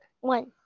one